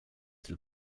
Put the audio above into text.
till